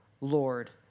Lord